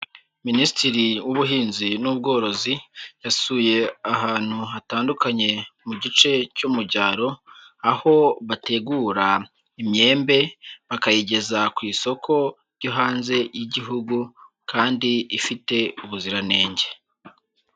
Minisitiri w'Ubuhinzi n'Ubworozi, yasuye ahantu hatandukanye mu gice cyo mu cyaro, aho bategura imyembe, bakayigeza ku isoko ryo hanze y'igihugu kandi ifite ubuziranenge.